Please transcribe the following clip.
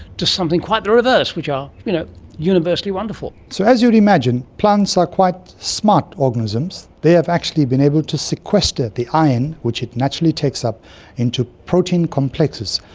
to something quite the reverse, which are you know universally wonderful? so as you'd imagine, plants are quite smart organisms, they have actually been able to sequester the iron which it naturally takes up into protein complexes,